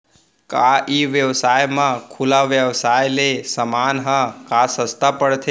का ई व्यवसाय म खुला व्यवसाय ले समान ह का सस्ता पढ़थे?